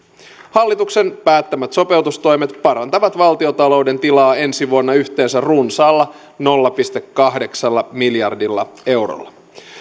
hallituksen päättämät sopeutustoimet parantavat valtiontalouden tilaa ensi vuonna yhteensä runsaalla nolla pilkku kahdeksalla miljardilla eurolla